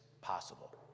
possible